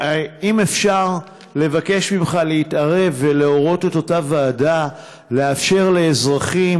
אם אפשר לבקש ממך להתערב ולהורות לאותה ועדה לאפשר לאזרחים,